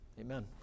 amen